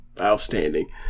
Outstanding